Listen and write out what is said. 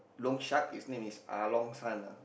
loan shark his name is Ah-Long-San ah